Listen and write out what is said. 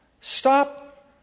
Stop